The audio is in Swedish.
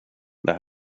det